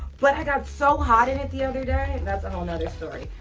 but i got so hot in it the other day. that's a whole nother story.